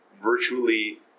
virtually